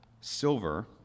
silver